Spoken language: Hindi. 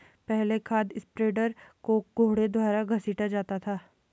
पहले खाद स्प्रेडर को घोड़ों द्वारा घसीटा जाता था